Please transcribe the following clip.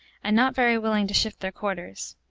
and not very willing to shift their quarters.